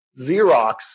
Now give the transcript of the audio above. Xerox